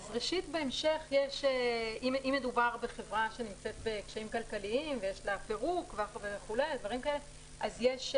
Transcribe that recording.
אם מדובר בחברה שנמצאת בקשיים כלכליים ונמצאת בפירוק וכדומה אז יש